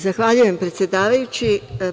Zahvaljujem, predsedavajući.